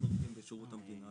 אנחנו עובדים בשירות המדינה,